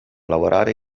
lavorare